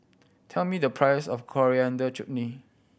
tell me the price of Coriander Chutney